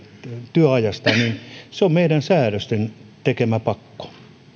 työajasta on meidän säädöstemme tekemä pakko